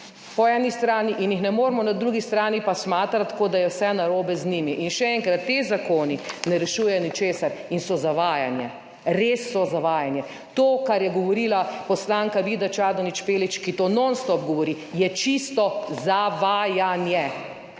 po eni strani volivci in jih ne moremo na drugi strani pa smatrati, kot da je vse narobe z njimi. In še enkrat, ti zakoni ne rešujejo ničesar in so zavajanje. Res so zavajanje. To, kar je govorila poslanka Vida Čadonič Špelič, ki to nonstop govori, je čisto zavajanje